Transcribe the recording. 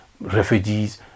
refugees